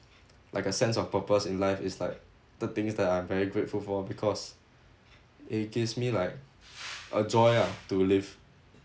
like a sense of purpose in life is like the things that I'm very grateful for because it gives me like a joy ah to live